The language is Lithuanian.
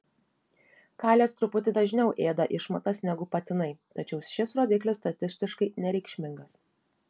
kalės truputį dažniau ėda išmatas negu patinai tačiau šis rodiklis statistiškai nereikšmingas